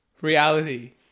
reality